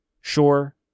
sure